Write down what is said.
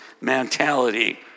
mentality